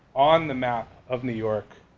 on the map of new york